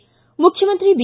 ಿ ಮುಖ್ಯಮಂತ್ರಿ ಬಿ